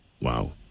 Wow